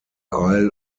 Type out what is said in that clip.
isle